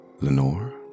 Lenore